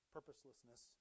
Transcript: Purposelessness